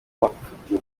amafuti